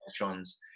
electrons